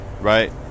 right